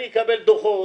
אני אקבל דוחות,